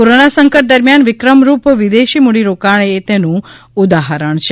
corona સંકટ દરમિયાન વિક્રમ રૂપ વિદેશી મૂડીરોકાણ એ તેનું ઉદાહરણ છે